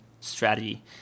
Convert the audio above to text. strategy